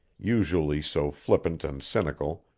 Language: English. usually so flippant and cynical,